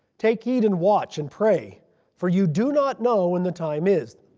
take heed, and watch and pray for you do not know when the time is.